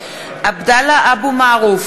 (קוראת בשמות חברי הכנסת) עבדאללה אבו מערוף,